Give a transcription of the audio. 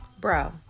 bro